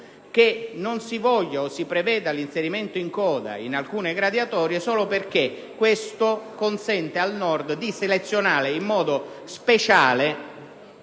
che si preveda l'inserimento in coda in alcune graduatorie solo perché questo consente al Nord di selezionare in modo speciale